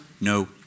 No